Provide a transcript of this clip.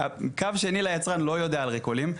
הקו שני ליצרן לא יודע על ריקולים.